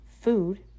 Food